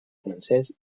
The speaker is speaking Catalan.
francès